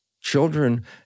children